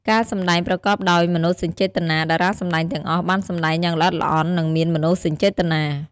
ការសម្ដែងប្រកបដោយមនោសញ្ចេតនា: តារាសម្តែងទាំងអស់បានសម្តែងយ៉ាងល្អិតល្អន់ និងមានមនោសញ្ចេតនា។